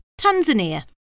Tanzania